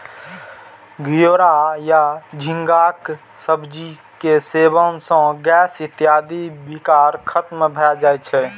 घिवरा या झींगाक सब्जी के सेवन सं गैस इत्यादिक विकार खत्म भए जाए छै